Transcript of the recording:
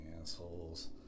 assholes